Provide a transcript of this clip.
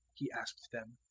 he asked them.